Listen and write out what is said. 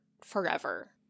forever